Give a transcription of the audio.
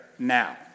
now